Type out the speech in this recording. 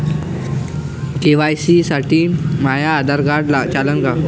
KYC साठी माह्य Aadhaar card चालन का?